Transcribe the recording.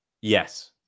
Yes